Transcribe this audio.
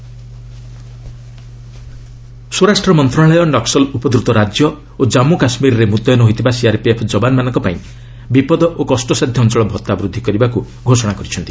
home CRPF ସ୍ୱରାଷ୍ଟ୍ର ମନ୍ତ୍ରଣାଳୟ ନକ୍କଲ୍ ଉପଦ୍ରତ ରାଜ୍ୟ ଓ ଜନ୍ମୁ କାଶ୍ମୀରରେ ମୁତୟନ ହୋଇଥିବା ସିଆର୍ପିଏଫ୍ ଯବାନମାନଙ୍କ ପାଇଁ ବିପଦ ଓ କଷ୍ଟସାଧ୍ୟ ଅଞ୍ଚଳ ଭତ୍ତା ବୃଦ୍ଧି କରିବାକୁ ଘୋଷଣା କରିଛନ୍ତି